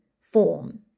form